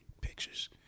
pictures